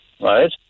right